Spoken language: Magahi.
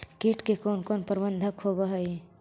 किट के कोन कोन प्रबंधक होब हइ?